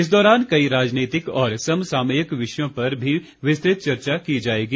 इस दौरान कई राजनीतिक और समसामयिक विषयों पर भी विस्तृत चर्चा की जाएगी